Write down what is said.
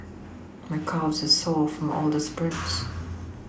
my calves are sore from all the sprints